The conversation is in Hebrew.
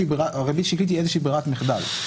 ריבית שקלית היא איזושהי ברירת מחדל.